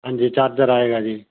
ਹਾਂਜੀ ਚਾਰਜਰ ਆਏਗਾ ਜੀ